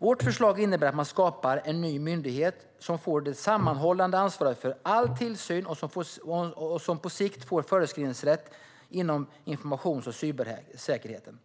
Vårt förslag innebär att man skapar en ny myndighet som får det sammanhållande ansvaret för all tillsyn och som på sikt får föreskrivningsrätt inom informations och cybersäkerheten.